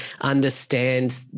understand